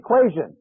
equation